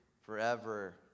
forever